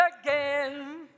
again